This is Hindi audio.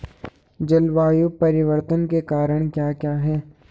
जलवायु परिवर्तन के कारण क्या क्या हैं?